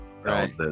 right